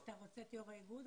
אתה רוצה לשמוע את יו"ר האיגוד?